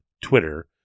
Twitter